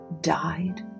died